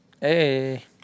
hey